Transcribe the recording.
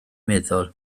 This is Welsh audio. meddwl